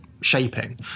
shaping